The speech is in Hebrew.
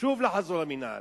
שוב לחזור למינהל.